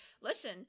listen